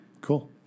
cool